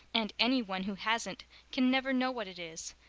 and any one who hasn't can never know what it is.